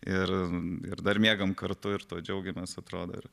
ir ir dar miegam kartu ir tuo džiaugiamės atrodo ir